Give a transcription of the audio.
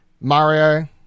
Mario